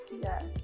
Yes